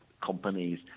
companies